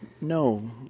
No